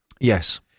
Yes